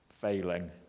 failing